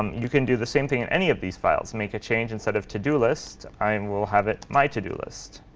um you can do the same thing in any of these files. make a change, instead of to do list, i um will have it my to do list.